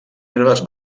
herbes